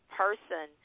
person